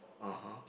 (uh huh)